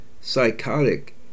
psychotic